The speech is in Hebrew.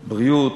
לבריאות,